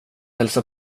hälsa